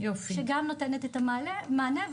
שגם נותנת את המענה,